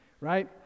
right